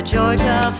Georgia